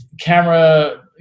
camera